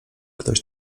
ktoś